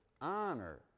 honor